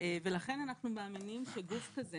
ולכן אנחנו מאמינים שגוף כזה